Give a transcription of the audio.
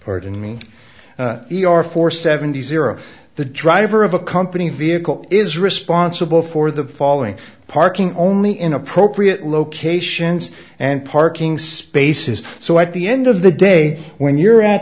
pardon me e r for seven hundred the driver of a company vehicle is responsible for the following parking only in appropriate locations and parking spaces so at the end of the day when you're at